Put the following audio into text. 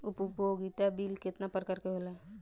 उपयोगिता बिल केतना प्रकार के होला?